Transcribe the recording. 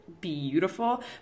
beautiful